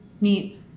meet